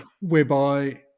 whereby